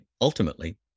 ultimately